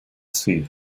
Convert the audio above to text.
see